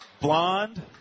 Blonde